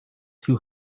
too